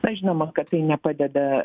na žinoma kad tai nepadeda